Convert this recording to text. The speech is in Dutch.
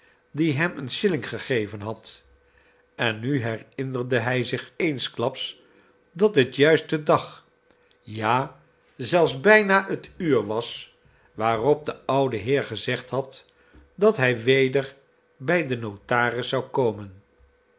die hem den shilling gegeven had en nu herinnerde hij zich eensklaps dat het juist de dag ja zelfs bijna het uur was waarop de oude heer gezegd had dat hij weder bij den notaris zou komen